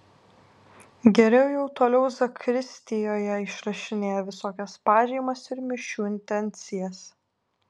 geriau jau toliau zakristijoje išrašinėja visokias pažymas ir mišių intencijas